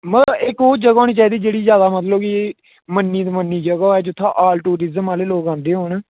इक ओह् जगह होनी चाहिदी जेह्ड़ी ज्यादा मतलब कि मन्नी परमन्नी दी जगह होऐ जित्थै आल टूरिजम आह्ले लोक औंदे होन